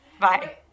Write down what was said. bye